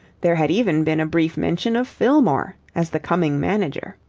there had even been a brief mention of fillmore as the coming manager.